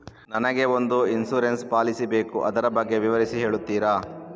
ನನಗೆ ಒಂದು insurance policy ಬೇಕು ಅದರ ಬಗ್ಗೆ ವಿವರಿಸಿ ಹೇಳುತ್ತೀರಾ?